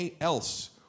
else